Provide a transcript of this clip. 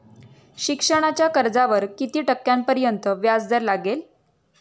शिक्षणाच्या कर्जावर किती टक्क्यांपर्यंत व्याजदर लागेल?